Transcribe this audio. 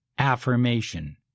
Affirmation